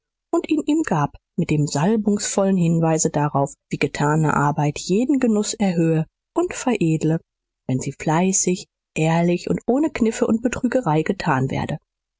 und ihn ihm gab mit dem salbungsvollen hinweis darauf wie getane arbeit jeden genuß erhöhe und veredele wenn sie fleißig ehrlich und ohne kniffe und betrügerei getan werde